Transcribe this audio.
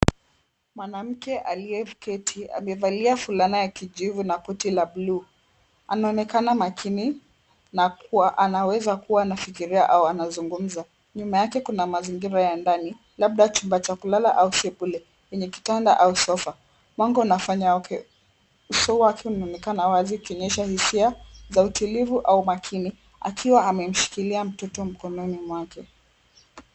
Mwanamke aliyeketi amevalia fulana ya kijivu na koti la bluu. Anaonekana makini na kuwa anawezakuwa anafikiria au anazungumza. Nyuma yake kuna mazingira ya ndani labda chumba cha kulala au sebule yenye kitanda au sofa. Mwanga unafanya uso wake unaonekana wazi ikionyesha hisia za utulivu au makini akiwa amemshikilia mtoto mkononi mwake.